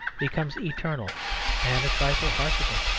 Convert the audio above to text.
becomes eternal and a trifle farcical.